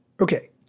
Okay